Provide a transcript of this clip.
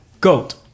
GOAT